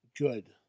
good